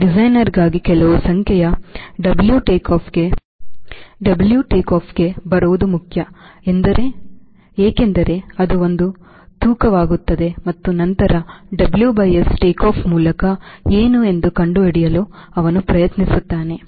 ಡಿಸೈನರ್ಗಾಗಿ ಕೆಲವು ಸಂಖ್ಯೆಯ W take ಆಫ್ಗೆ ಬರುವುದು ಮುಖ್ಯ ಏಕೆಂದರೆ ಅದು ಒಂದು ತೂಕವಾಗುತ್ತದೆ ಮತ್ತು ನಂತರ WS ಟೇಕ್ ಆಫ್ ಮೂಲಕ ಏನು ಎಂದು ಕಂಡುಹಿಡಿಯಲು ಅವನು ಪ್ರಯತ್ನಿಸುತ್ತಾನೆ